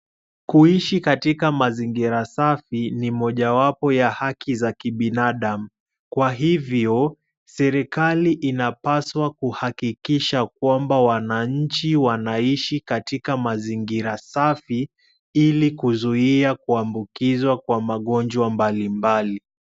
Kuishi katika mazingira safi ni mojawapo ya haki za kibinadamu, kwa hivyo serikali inapaswa kuhakikisha kwamba wananchi wanaishi katika mazingira safi, ili kuzuia kuambukizwa kwa magonjwa mbalimbali.